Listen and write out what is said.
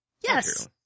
Yes